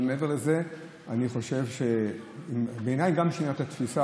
אבל, מעבר לזה, בעיניי זה גם שינה התפיסה.